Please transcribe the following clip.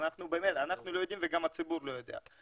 אז באמת, אנחנו לא יודעים והציבור לא יודע.